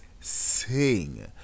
sing